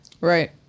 Right